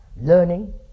Learning